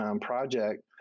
project